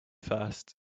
first